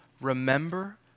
Remember